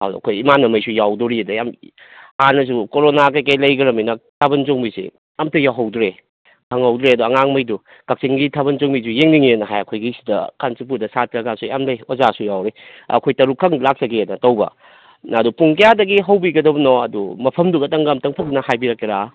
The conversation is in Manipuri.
ꯑꯗꯣ ꯑꯩꯈꯣꯏ ꯃꯥꯟꯅꯕꯉꯩꯁꯨ ꯌꯥꯎꯗꯣꯔꯤ ꯑꯗꯩ ꯑꯝ ꯍꯥꯟꯅꯁꯨ ꯀꯣꯔꯣꯅꯥ ꯀꯩꯀꯩ ꯂꯩꯈ꯭ꯔꯃꯤꯅ ꯊꯥꯕꯜ ꯆꯣꯡꯕꯤꯁꯦ ꯑꯃꯇ ꯌꯥꯎꯍꯧꯗ꯭ꯔꯦ ꯐꯪꯍꯧꯗ꯭ꯔꯦ ꯑꯗ ꯑꯉꯥꯡꯉꯩꯗꯨ ꯀꯥꯛꯆꯤꯡꯒꯤ ꯊꯥꯕꯜ ꯆꯣꯡꯕꯤꯁꯤ ꯌꯦꯡꯅꯤꯡꯉꯦꯅ ꯍꯥꯏꯌꯦ ꯑꯩꯈꯣꯏꯒꯤ ꯁꯤꯗ ꯀꯥꯟꯆꯤꯄꯨꯔꯗ ꯁꯥꯠꯇ꯭ꯔꯒꯁꯨ ꯌꯥꯝ ꯂꯩ ꯑꯣꯖꯥꯁꯨ ꯌꯥꯎꯔꯤ ꯑꯩꯈꯣꯏ ꯇꯔꯨꯛ ꯈꯛ ꯂꯥꯛꯆꯒꯦꯅ ꯇꯧꯕ ꯑꯗꯨ ꯄꯨꯡ ꯀꯌꯥꯗꯒꯤ ꯍꯧꯕꯤꯒꯗꯕꯅꯣ ꯑꯗꯨ ꯃꯐꯝꯗꯨꯒꯇꯪꯒ ꯑꯝꯇꯪ ꯀꯨꯞꯅ ꯍꯥꯏꯕꯤꯔꯛꯀꯦꯔꯥ